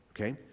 okay